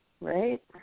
Right